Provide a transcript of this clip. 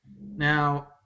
Now